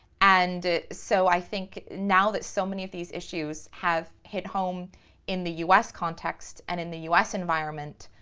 and so i think now that so many of these issues have hit home in the u s. context and in the u s. environment,